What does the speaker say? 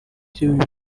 by’uyu